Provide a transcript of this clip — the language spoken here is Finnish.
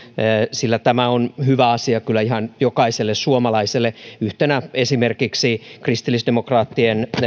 sillä tämä on hyvä asia kyllä ihan jokaiselle suomalaiselle yhtenä esimerkiksi kristillisdemokraattien